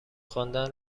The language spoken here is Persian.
خواندن